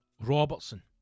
Robertson